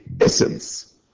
essence